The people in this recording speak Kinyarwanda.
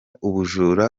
ubujura